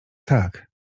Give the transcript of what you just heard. tak